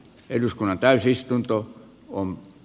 eduskunnan täysistunto on